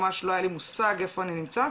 ממש לא היה לי מושג איפה אני נמצא.